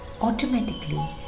automatically